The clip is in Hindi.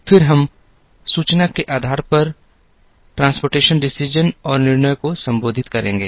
फिर हम सूचना के आधार पर परिवहन निर्णय और निर्णय को संबोधित करेंगे